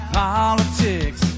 politics